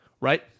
right